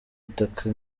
itaka